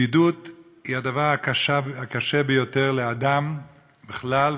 בדידות היא הדבר הקשה ביותר לאדם בכלל,